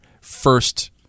first